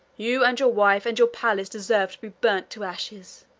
you and your wife and your palace deserve to be burnt to ashes,